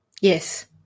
Yes